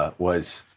ah was,